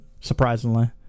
surprisingly